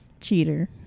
cheater